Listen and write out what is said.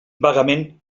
vagament